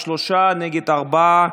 בעד, שלושה, נגד ארבעה.